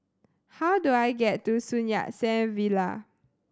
how do I get to Sun Yat Sen Villa